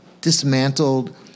dismantled